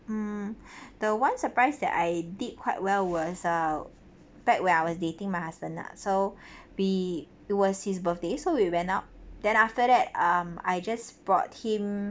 mm the one surprise that I did quite well was uh back when I was dating my husband lah so be it was his birthday so we went out then after that um I just bought him